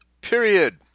period